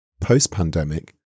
post-pandemic